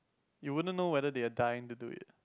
you wouldn't know whether they are dying to do it